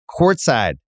courtside